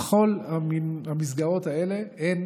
לכל המסגרות האלה אין